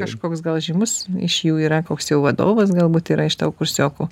kažkoks gal žymus iš jų yra koks jau vadovas galbūt yra iš tavo kursiokų